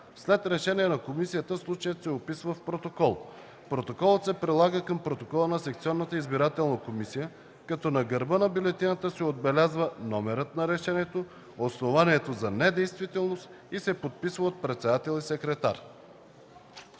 след решение на комисията случаят се описва в протокол. Протоколът се прилага към протокола на секционната избирателна комисия, като на гърба на бюлетината се отбелязва номерът на решението, основанието за недействителност и се подписва от председател и секретар.”